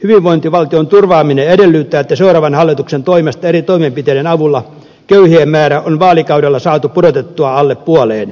hyvinvointivaltion turvaaminen edellyttää että seuraavan hallituksen toimesta eri toimenpiteiden avulla köy hien määrä on vaalikaudella saatu pudotettua alle puoleen